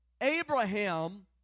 Abraham